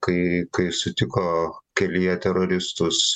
kai kai sutiko kelyje teroristus